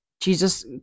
jesus